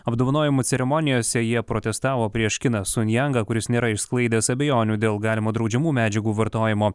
apdovanojimų ceremonijose jie protestavo prieš kiną sun jangą kuris nėra išsklaidęs abejonių dėl galimo draudžiamų medžiagų vartojimo